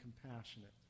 compassionate